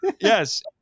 Yes